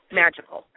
magical